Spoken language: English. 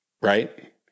right